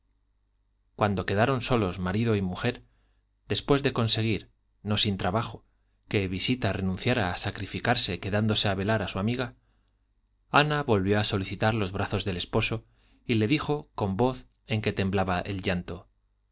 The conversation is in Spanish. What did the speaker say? cuando quedaron solos marido y mujer después de conseguir no sin trabajo que visita renunciara a sacrificarse quedándose a velar a su amiga ana volvió a solicitar los brazos del esposo y le dijo con voz en que temblaba el llanto